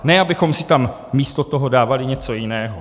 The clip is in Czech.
Ne abychom si tam místo toho dávali něco jiného.